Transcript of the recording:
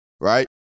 right